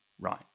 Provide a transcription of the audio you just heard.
Right